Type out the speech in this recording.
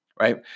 right